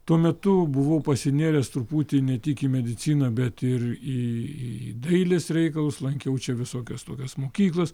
tuo metu buvau pasinėręs truputį ne tik į mediciną bet ir į į dailės reikalus lankiau čia visokios tokios mokyklas